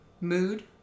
Mood